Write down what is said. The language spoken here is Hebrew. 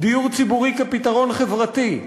דיור ציבורי כפתרון חברתי,